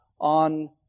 on